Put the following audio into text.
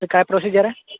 तर काय प्रोसीजर आहे